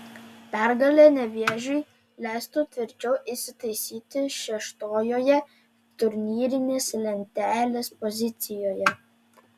pergalė nevėžiui leistų tvirčiau įsitaisyti šeštojoje turnyrinės lentelės pozicijoje